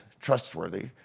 trustworthy